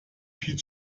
viel